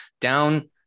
down